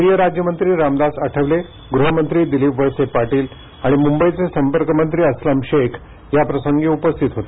केंद्रीय राज्य मंत्री रामदास आठवले गृहमंत्री दिलीप वळसे पाटील आणि मुंबईचे संपर्क मंत्री अस्लम शेख याप्रसंगी उपस्थित होते